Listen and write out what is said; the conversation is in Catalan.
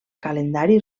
calendari